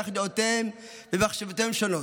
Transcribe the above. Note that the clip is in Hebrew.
כך דעותיהם ומחשבותיהם שונות.